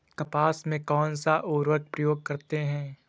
कपास में कौनसा उर्वरक प्रयोग करते हैं?